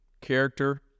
character